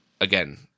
Again